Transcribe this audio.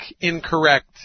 incorrect